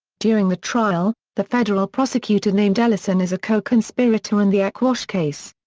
during the trial, the federal prosecutor named ellison as a co-conspirator in the aquash case.